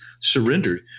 surrendered